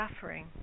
suffering